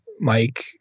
Mike